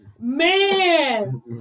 Man